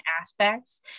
aspects